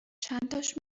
چنتاش